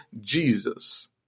Jesus